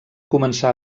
començar